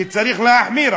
כי צריך להחמיר,